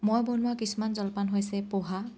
মই বনোৱা কিছুমান জলপান হৈছে পহা